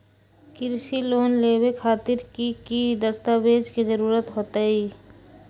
कृषि लोन लेबे खातिर की की दस्तावेज के जरूरत होतई?